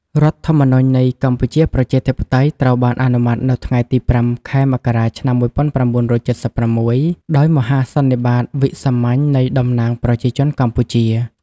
រដ្ឋធម្មនុញ្ញនៃកម្ពុជាប្រជាធិបតេយ្យ ត្រូវបានអនុម័តនៅថ្ងៃទី ៥ ខែមករា ឆ្នាំ ១៩៧៦ ដោយមហាសន្និបាតវិសាមញ្ញនៃតំណាងប្រជាជនកម្ពុជា។